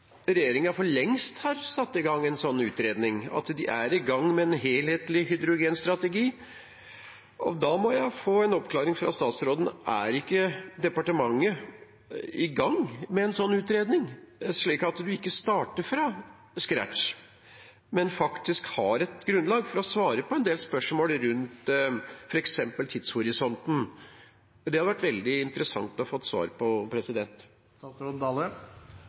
for lengst har satt i gang en sånn utredning, at de er i gang med en helhetlig hydrogenstrategi. Da må jeg få en oppklaring fra statsråden: Er ikke departementet i gang med en sånn utredning, slik at statsråden ikke starter fra scratch, men faktisk har et grunnlag for å svare på en del spørsmål rundt f.eks. tidshorisonten? Det hadde vært veldig interessant å få svar på.